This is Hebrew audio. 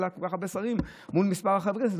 לה כל כך הרבה שרים מול מספר החברים.